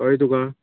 कळ्ळें तुका